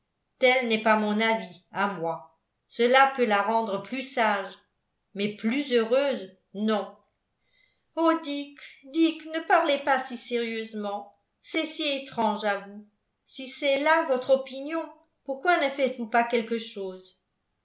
tel n'est pas mon avis à moi cela peut la rendre plus sage mais plus heureuse non o dick dick ne parlez pas si sérieusement c'est si étrange à vous si c'est là votre opinion pourquoi ne faites-vous pas quelque chose